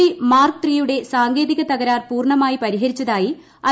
V mark ത്രീയുടെ സാങ്കേതിക തകരാർ പൂർണ്ണമായി പരിഹരിച്ചതായി ഐ